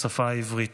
השפה העברית.